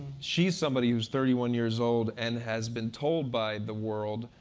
she's somebody who's thirty one years old and has been told by the world,